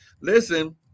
listen